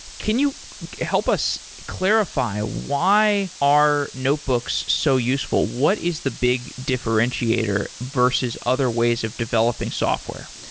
can you help us clarify why are notebooks so useful? what is the big differentiator versus other ways of developing software?